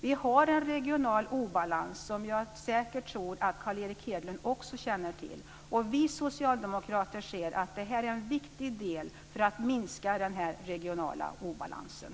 Vi har en regional obalans, som jag säkert tror att Carl Erik Hedlund också känner till, och vi socialdemokrater ser att det här är en viktig del när det gäller att minska den här regionala obalansen.